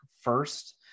first